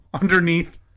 underneath